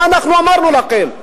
מה אנחנו אמרנו לכם?